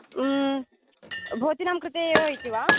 भवतीनां कृते एव इति वा